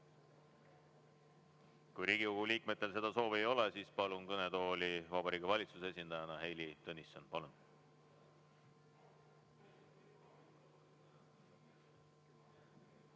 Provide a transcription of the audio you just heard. Kui Riigikogu liikmetel seda soovi ei ole, siis palun kõnetooli Vabariigi Valitsuse esindaja Heili Tõnissoni.